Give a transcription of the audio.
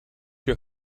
your